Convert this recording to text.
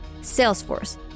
Salesforce